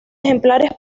ejemplares